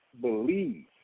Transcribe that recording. believe